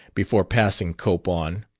before passing cope on.